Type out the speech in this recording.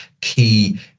key